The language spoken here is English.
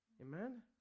Amen